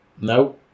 No